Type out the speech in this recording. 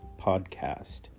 podcast